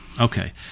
okay